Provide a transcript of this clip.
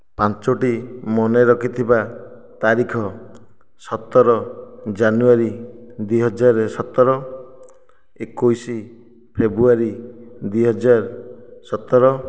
ପାଞ୍ଚୋଟି ମନେ ରଖିଥିବା ତାରିଖ ସତର ଜାନୁଆରୀ ଦୁଇ ହଜାର ସତର ଏକୋଇଶି ଫେବୃଆରୀ ଦୁଇ ହଜାର ସତର